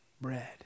bread